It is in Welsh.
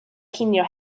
cinio